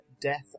Death